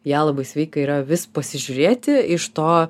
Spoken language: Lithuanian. ją labai sveika yra vis pasižiūrėti iš to